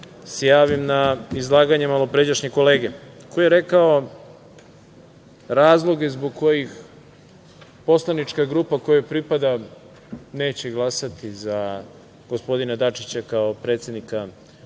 javim na izlaganje malopređašnjeg kolege koji je rekao razloge zbog kojih poslanička grupa, kojoj pripadam, neće glasati za gospodina Dačića kao predsednika,